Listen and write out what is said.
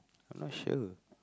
I'm not sure